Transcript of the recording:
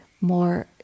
more